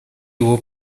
его